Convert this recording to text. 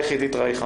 בבקשה.